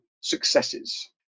successes